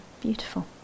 beautiful